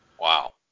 Wow